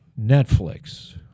Netflix